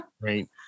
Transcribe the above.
Right